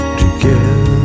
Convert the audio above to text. together